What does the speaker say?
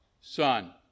Son